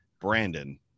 brandon